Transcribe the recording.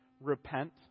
repent